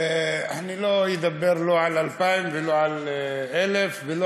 אני לא אדבר לא על 2000 ולא על 1000 ולא